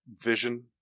vision